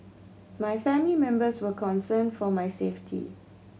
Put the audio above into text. my family members were concerned for my safety